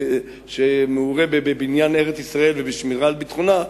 שמעורה בבניין ארץ-ישראל ובשמירה על ביטחונה,